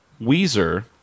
Weezer